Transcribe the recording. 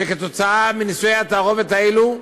שכתוצאה מנישואי התערובת האלה,